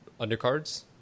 undercards